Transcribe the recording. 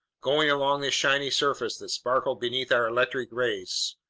going along this shiny surface that sparkled beneath our electric rays.